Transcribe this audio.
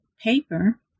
paper